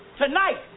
Tonight